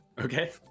Okay